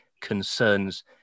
concerns